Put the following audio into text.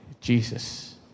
Jesus